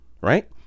right